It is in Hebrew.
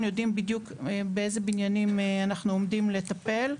אנחנו יודעים בדיוק באיזה בניינים אנחנו עומדים לטפל.